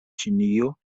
ĉinio